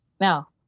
Now